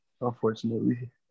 Unfortunately